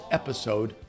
episode